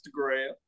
Instagram